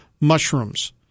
mushrooms